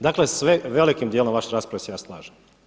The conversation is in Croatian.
Dakle, sve velikim dijelom vaše rasprave se ja slažem.